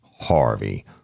Harvey